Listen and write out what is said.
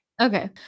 Okay